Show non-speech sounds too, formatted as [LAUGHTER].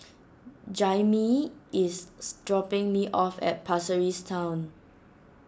Jaimie is [UNINTELLIGIBLE] dropping me off at Pasir Ris Town